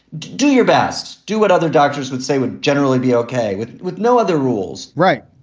do your best, do what other doctors would say would generally be ok with with no other rules right.